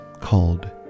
called